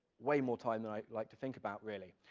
way more time than i like to think about, really,